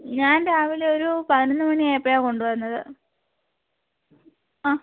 ഞാൻ രാവിലെ ഒരു പതിനൊന്നു മണി ആയപ്പോഴാണ് കൊണ്ടുവന്നത് ആ